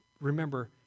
remember